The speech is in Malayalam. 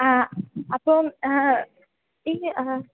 ആ അപ്പം ഇല്ല